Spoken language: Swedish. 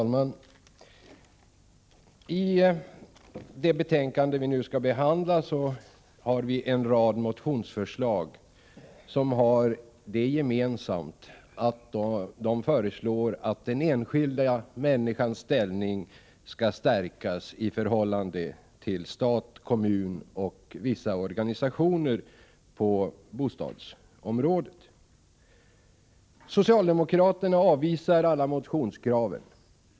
Fru talman! I det betänkande vi nu skall behandla har vi en rad motionsförslag. Dessa har det gemensamt att där föreslås att den enskilda människans ställning skall stärkas i förhållande till stat, kommun och vissa organisationer på bostadsområdet. Socialdemokraterna avvisar alla motionskrav.